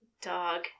Dog